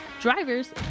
Drivers